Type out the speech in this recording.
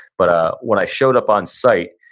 but ah when i showed up on site,